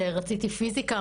שרציתי פיזיקה,